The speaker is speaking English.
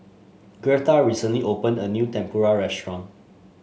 Girtha recently opened a new Tempura restaurant